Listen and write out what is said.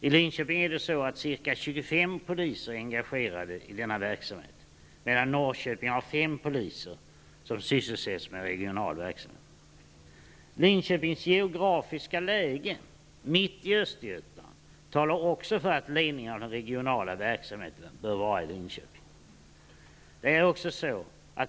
I Linköping är ca 25 poliser engagerade i denna verksamhet, medan Norrköping har 5 poliser som sysselsätts med regional verksamhet. Linköpings geografiska läge -- mitt i Östergötland -- talar också för att ledningen för den regionala verksamheten bör vara i Linköping.